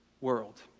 world